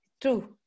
true